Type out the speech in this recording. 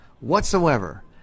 whatsoever